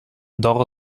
doch